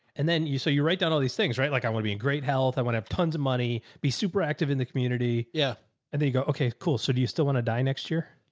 and then you, so you write down all these things, right? like i want to be in great health. i want to have tons of money, be super active in the community yeah and then you go, okay, cool. so do you still want to die next year?